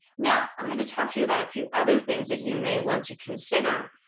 now i'm going to talk to you about a few other things that you may want to consider.